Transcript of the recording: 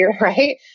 right